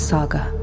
Saga